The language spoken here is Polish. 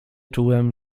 czułem